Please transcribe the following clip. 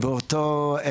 ובסופו של דבר,